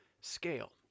Scale